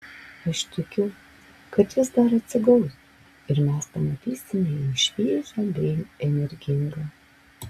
aš tikiu kad jis dar atsigaus ir mes pamatysime jį šviežią bei energingą